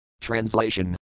Translation